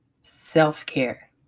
self-care